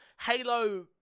halo